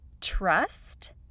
trust